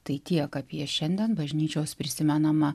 tai tiek apie šiandien bažnyčios prisimenamą